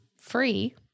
free